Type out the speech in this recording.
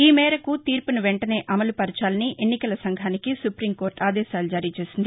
ఈ మేరకు తీర్పును వెంటనే అమలు పరచాలని ఎన్నికల సంఘానికి సుపీంకోర్టు ఆదేశాలు జారీ చేసింది